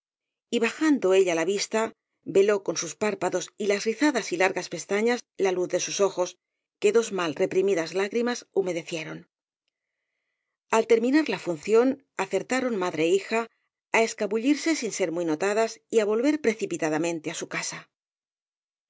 carmín y bajando ella la vista veló con los párpados y las rizadas y largas pestañas la luz de sus ojos que dos mal reprimidas lágrimas humedecieron al terminar la función acertaron madre é hija á escabullirse sin ser muy notadas y á volver preci pitadamente á su casa